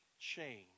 change